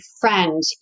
friend